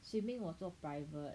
swimming 我做 private